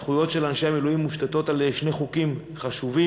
הזכויות של אנשי המילואים מושתתות על שני חוקים חשובים,